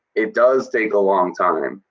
it does take a long time.